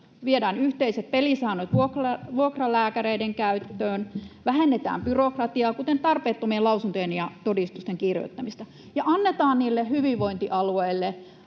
viedään yhteiset pelisäännöt vuokralääkäreiden käyttöön, vähennetään byrokratiaa, kuten tarpeettomien lausuntojen ja todistusten kirjoittamista, ja annetaan hyvinvointialueille